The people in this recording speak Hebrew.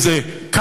אם זה " "cut,